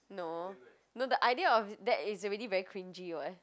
no no the idea of that is already very cringey [what]